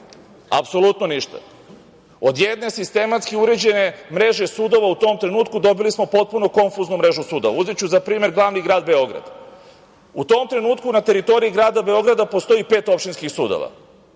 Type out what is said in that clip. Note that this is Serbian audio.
Apsolutno ništa. Od jedne sistematski uređene mreže sudova u tom trenutku dobili smo potpuno konfuznu mrežu sudova. Uzeću za primer glavni grad, Beograd. U tom trenutku na teritoriji grada Beograda postoji pet opštinskih sudova.